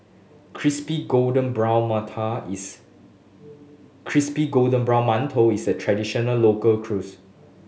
crispy golden brown manta is crispy golden brown mantou is a traditional local cuisine